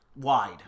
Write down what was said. Wide